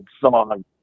song